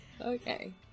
Okay